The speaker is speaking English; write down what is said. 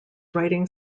writing